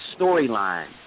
storyline